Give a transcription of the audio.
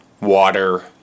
water